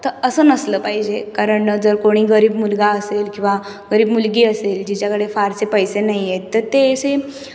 तर असं नसलं पाहिजे कारण जर कुणी गरीब मुलगा असेल किंवा गरीब मुलगी असेल जिच्याकडे फारसे पैसे नाही आहेत तर ते असे